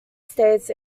states